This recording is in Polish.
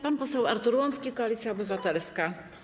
Pan poseł Artur Łącki, Koalicja Obywatelska.